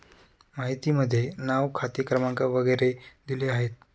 माहितीमध्ये नाव खाते क्रमांक वगैरे दिले आहेत